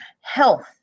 health